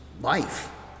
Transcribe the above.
life